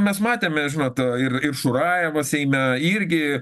mes matėme žinot e ir ir šurajevas seime irgi